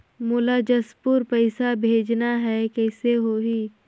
मोला जशपुर पइसा भेजना हैं, कइसे होही?